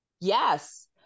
Yes